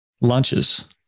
lunches